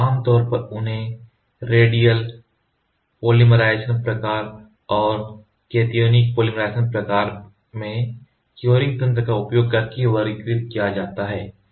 तो आम तौर पर उन्हें रेडियल पोलीमराइजेशन प्रकार और कतिओनिक पोलीमराइजेशन प्रकार में क्योरिंग तंत्र का उपयोग करके वर्गीकृत किया जाता है